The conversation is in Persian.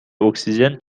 اکسیژن